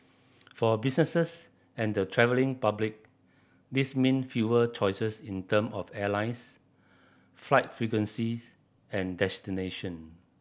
for businesses and the travelling public this mean fewer choices in term of airlines flight frequencies and destination